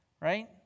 right